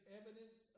evidence